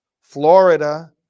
Florida